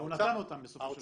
והוא נתן אותם בסופו של דבר.